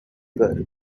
girl